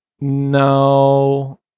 no